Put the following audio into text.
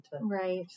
right